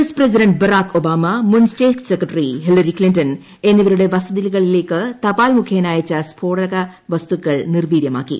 S president Barack Obama മുൻ state secretary Hillary Clinton എന്നിവരുടെ വസതികളിലേക്ക് തപാൽ മുഖേന അയച്ച സ്ഫോടനക വസ്തുക്കൾ നിർവീര്യമാക്കി